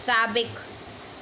साबिक़ु